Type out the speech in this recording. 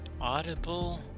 audible